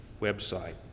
website